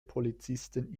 polizisten